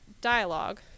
dialogue